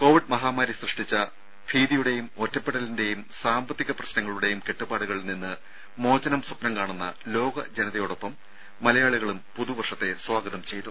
Covid മഹാമാരി സൃഷ്ടിച്ച ഭീതിയുടേയും ഒറ്റപ്പെടലിന്റേയും സാമ്പത്തിക പ്രശ്നങ്ങളുടേയും കെട്ടുപാടുകളിൽ നിന്ന് മോചനം സ്വപ്നം കാണുന്ന ലോകജനതയോടൊപ്പം മലയാളികളും പുതുവർഷത്തെ സ്വാഗതം ചെയ്തു